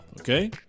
Okay